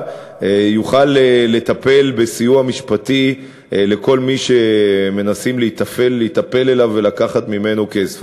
יוכל לטפל בסיוע משפטי לכל מי שמנסים להיטפל אליו ולקחת ממנו כסף.